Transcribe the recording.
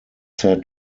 said